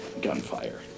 gunfire